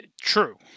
True